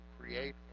create